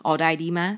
order I_D mah